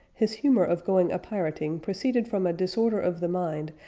his humor of going a-pirating proceeded from a disorder of the mind.